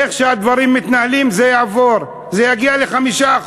איך שהדברים מתנהלים זה יעבור, זה יגיע ל-5%.